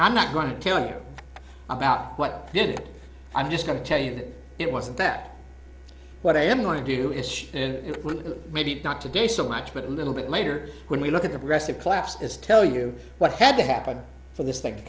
i'm not going to tell you about what did i'm just going to tell you that it wasn't that what i am going to do is maybe not today so much but a little bit later when we look at the rest of collapse is tell you what had to happen for this thing to